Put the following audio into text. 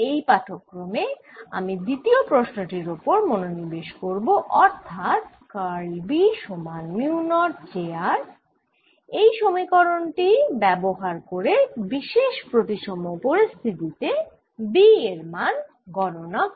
এই পাঠক্রমে আমি দ্বিতীয় প্রশ্ন টির ওপর মনোনিবেশ করব অর্থাৎ কার্ল B সমান মিউ নট j r এই সমীকরণ টি ব্যবহার করে বিশেষ প্রতিসম পরিস্থিতি তে B এর মান গণনা করা